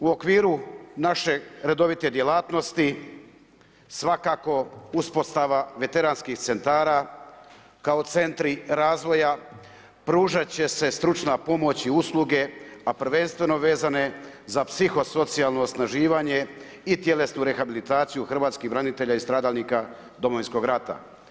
U okviru naše redovite djelatnosti svakako uspostava veteranskih centara kao centri razvoja pružat će se stručna pomoć i usluge, a prvenstveno vezane za psihosocijalno osnaživanje i tjelesnu rehabilitaciju hrvatskih branitelja i stradalnika Domovinskog rata.